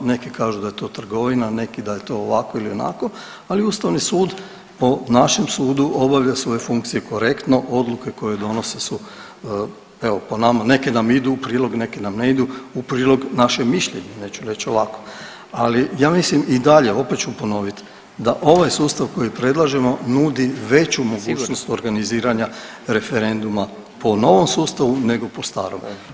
Neki kažu da je to trgovina, neki da je to ovako ili onako, ali Ustavni sud po našem sudu obavlja svoje funkcije korektno, odluke koje donosi su, evo, po nama, neke nam idu u prilog, neke nam ne idu u prilog, naše mišljenje, neću reći ovako, ali ja mislim i dalje, opet ću ponoviti, da ovaj sustav koji predlažemo, nudi veću mogućnost organiziranja referenduma po novom sustavu nego po starom.